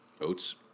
oats